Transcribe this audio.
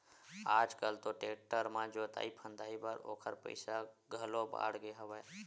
आज कल तो टेक्टर म जोतई फंदई बर ओखर पइसा घलो बाड़गे हवय